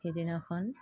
সেইদিনাখন